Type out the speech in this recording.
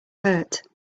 hurt